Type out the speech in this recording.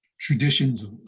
traditions